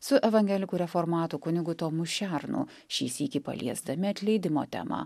su evangelikų reformatų kunigu tomu šernu šį sykį paliesdami atleidimo temą